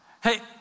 Hey